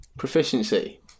Proficiency